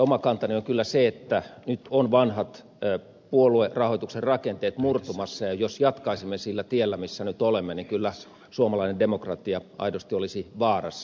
oma kantani on kyllä se että nyt ovat vanhat puoluerahoituksen rakenteet murtumassa ja jos jatkaisimme sillä tiellä millä nyt olemme niin kyllä suomalainen demokratia aidosti olisi vaarassa